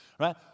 Right